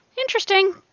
interesting